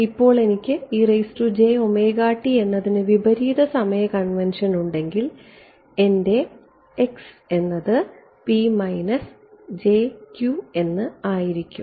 ഇപ്പോൾ എനിക്ക് എന്നതിന് വിപരീത സമയ കൺവെൻഷൻ ഉണ്ടെങ്കിൽ എന്റെ എന്നത് ആയിരിക്കും